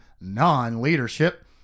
non-leadership